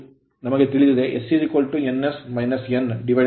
ನಮಗೆ ತಿಳಿದಿದೆ s ns - nn ಇಲ್ಲಿ nn0